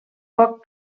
poc